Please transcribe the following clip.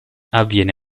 avviene